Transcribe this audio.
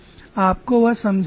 आपको वह समझना होगा